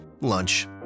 lunch